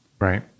Right